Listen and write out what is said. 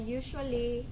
usually